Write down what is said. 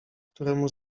któremu